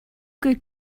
good